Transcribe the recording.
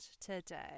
today